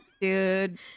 Dude